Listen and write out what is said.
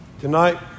Tonight